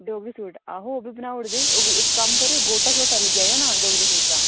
Dogri suit आहो ओह् बी बनाई ओड़दे इक कम्म करेओ गोटा शोटा लेई आएओ ना डोगरी सूट दा